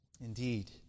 Indeed